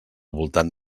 voltant